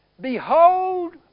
Behold